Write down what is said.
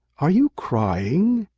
are you crying?